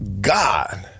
God